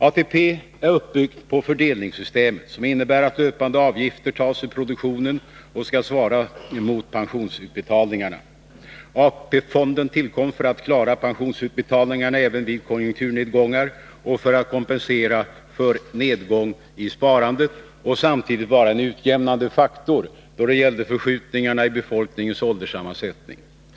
ATP är uppbyggt på fördelningssystemet, som innebär att löpande avgifter tas ur produktionen och skall svara mot pensionsutbetalningarna. AP-fonden tillkom för att klara pensionsutbetalningarna även vid konjunkturnedgångar och för att kompensera för nedgång i sparandet och samtidigt vara en utjämnande faktor då det gällde förskjutningarna i befolkningens ålderssammansättning.